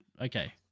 okay